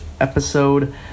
Episode